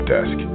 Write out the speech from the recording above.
Desk